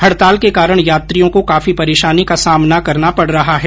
हड़ताल के कारण यात्रियों को काफी परेशानी का सामना करना पड़ रहा है